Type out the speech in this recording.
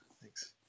Thanks